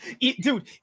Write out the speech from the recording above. Dude